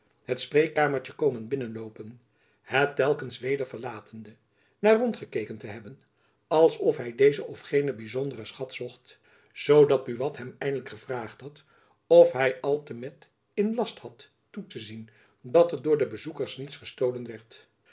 het spreekkamertjen komen binnenloopen het telkens weder verlatende na rondgekeken te hebben als of hy dezen of genen byzonderen schat zocht zoo dat buat hem eindelijk gevraagd had of hy al te met in last had toe te zien dat er door de bezoekers niets gestolen werd